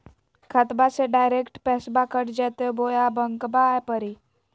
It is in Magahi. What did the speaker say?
खाताबा से डायरेक्ट पैसबा कट जयते बोया बंकबा आए परी?